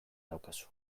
daukazu